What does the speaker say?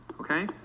Okay